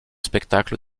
spectacles